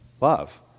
love